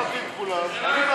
אוקיי.